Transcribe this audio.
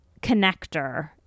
connector